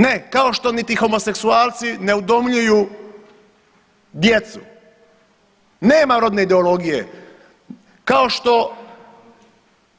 Ne, kao što ni homoseksualci ne udomljuju djecu, nema rodne ideologije kao što